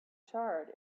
charred